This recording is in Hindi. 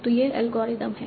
तो यह एल्गोरिथम है